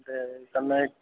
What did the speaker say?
ते कन्नै